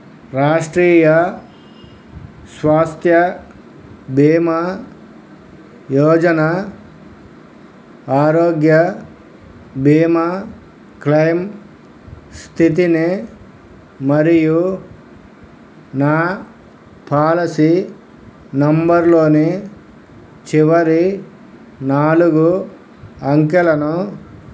రాష్ట్రీయ స్వాస్థ్య భీమా యోజన ఆరోగ్య భీమా క్లైయిమ్ స్థితిని మరియు నా పాలసీ నంబర్లోని చివరి నాలుగు అంకెలను